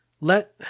let